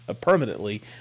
permanently